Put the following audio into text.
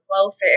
closer